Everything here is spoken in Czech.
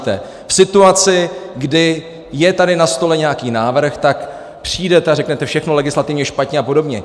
V situaci, kdy je tady na stole nějaký návrh, tak přijdete a řeknete: všechno legislativně špatně a podobně.